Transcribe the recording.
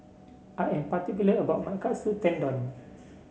I am particular about my Katsu Tendon